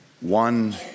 One